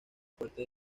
fuertes